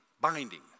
binding